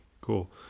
cool